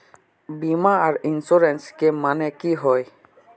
बीमा आर इंश्योरेंस के माने की होय?